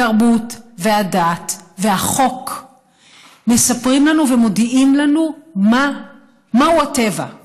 התרבות והדת והחוק מספרים ומודיעים לנו מהו הטבע,